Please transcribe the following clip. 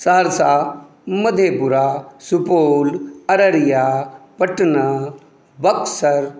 Saharsa Madhepura Supaul Araria Patna Buxar